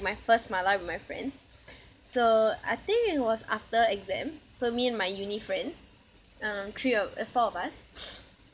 my first mala with my friends so I think it was after exam so me and my uni friends um three of uh four of us